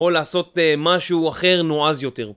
או לעשות משהו אחר נועז יותר